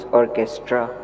orchestra